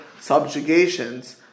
subjugations